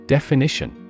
Definition